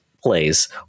plays